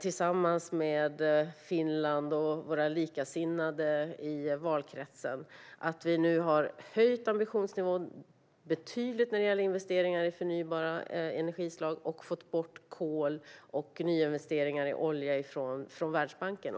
tillsammans med Finland och våra likasinnade i valkretsen i Världsbanken fått igenom en betydligt höjd ambitionsnivå när det gäller investeringar i förnybara energislag och fått bort nyinvesteringar i kol och olja från Världsbanken.